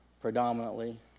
predominantly